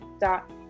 dot